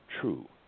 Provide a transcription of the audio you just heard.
true